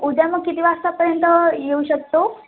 उद्या मग किती वाजतापर्यंत येऊ शकतो